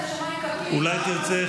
אולי תרצה,